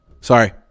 Sorry